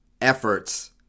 efforts